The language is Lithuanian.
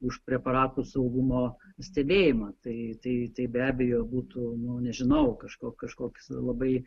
už preparatų saugumo stebėjimą tai tai tai be abejo būtų nu nežinau kažko kažkoks labai